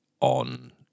on